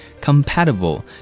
Compatible